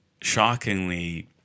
shockingly